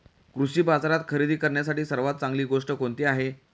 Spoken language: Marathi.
कृषी बाजारात खरेदी करण्यासाठी सर्वात चांगली गोष्ट कोणती आहे?